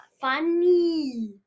funny